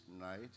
night